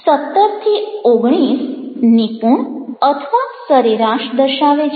17 થી 19 નિપુણ અથવા સરેરાશ દર્શાવે છે